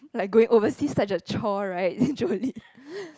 like going overseas such as chore right then Jolin